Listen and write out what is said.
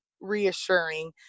reassuring